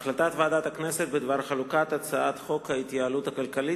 החלטת ועדת הכנסת בדבר חלוקת הצעת חוק ההתייעלות הכלכלית